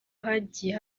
hagiye